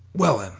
well, then,